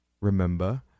remember